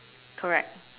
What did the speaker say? correct